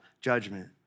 judgment